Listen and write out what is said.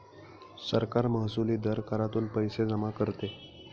सरकार महसुली दर करातून पैसे जमा करते